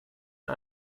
ein